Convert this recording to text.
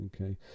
okay